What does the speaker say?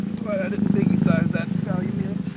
i didn't biggie size that value minute